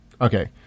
Okay